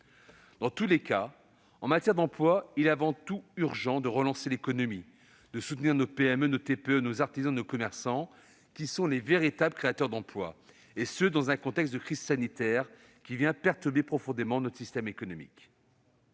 emploi depuis plus d'un an. Il est avant tout urgent de relancer l'économie, de soutenir nos PME, nos TPE, nos artisans, nos commerçants, qui sont les véritables créateurs d'emplois, et ce dans le contexte de la crise sanitaire, qui perturbe profondément notre système économique.